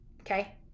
okay